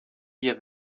ihr